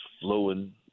flowing